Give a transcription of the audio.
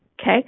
Okay